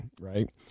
right